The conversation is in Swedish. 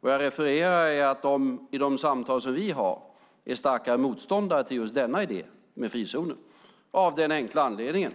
Jag refererade att de i de samtal som vi har är starka motståndare till just idén om frizoner, av den enkla anledningen